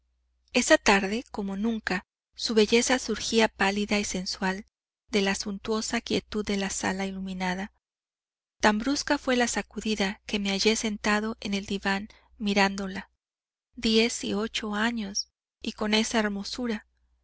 esa tarde como nunca su belleza surgía pálida y sensual de la suntuosa quietud de la sala iluminada tan brusca fué la sacudida que me hallé sentado en el diván mirándola diez y ocho años y con esa hermosura